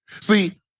See